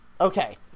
Okay